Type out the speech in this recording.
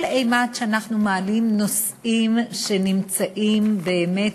כל אימת שאנחנו מעלים נושאים שנמצאים באמת